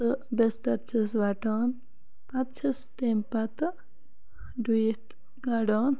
تہٕ بِستَر چھَس وَٹان پَتہٕ چھَس تمِہ پَتہٕ ڈُیِتھ کَڑان